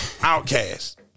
Outcast